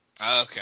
Okay